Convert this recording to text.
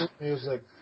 music